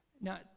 Now